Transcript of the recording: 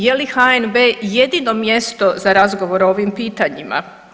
Je li HNB jedino mjesto za razgovor o ovim pitanjima?